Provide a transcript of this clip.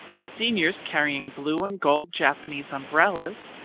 the seniors carrying blue and gold japanese umbrellas,